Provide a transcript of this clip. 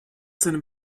seinem